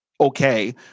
okay